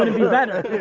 be better.